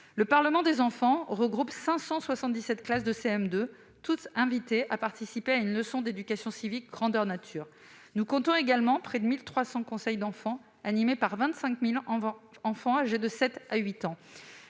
Le parlement des enfants regroupe 577 classes de CM2, toutes invitées à participer à une leçon d'éducation civique grandeur nature. Nous comptons également près de 1 300 conseils d'enfants animés par 25 000 enfants âgés de 7 ans à 8 ans.